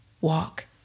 walk